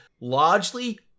largely